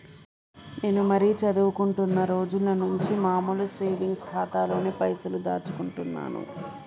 నేను మరీ చదువుకుంటున్నా రోజుల నుంచి మామూలు సేవింగ్స్ ఖాతాలోనే పైసలు దాచుకుంటున్నాను